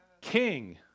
King